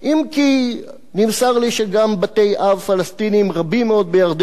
אם כי נמסר לי שגם בתי-אב פלסטיניים רבים מאוד בירדן,